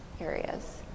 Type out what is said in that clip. areas